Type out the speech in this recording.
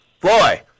Boy